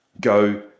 go